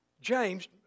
James